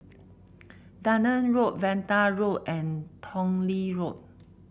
Dunearn Road Vanda Road and Tong Lee Road